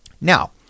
Now